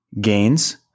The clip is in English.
gains